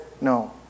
no